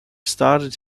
started